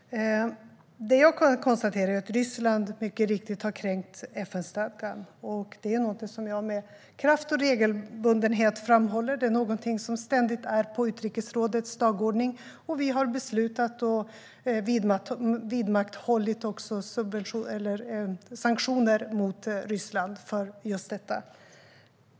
Jag konstaterar att Ryssland mycket riktigt har kränkt FN-stadgan. Det är någonting som jag med kraft och regelbundenhet framhåller. Det är ständigt på utrikesrådets dagordning, och vi har beslutat att vidmakthålla sanktionerna mot Ryssland.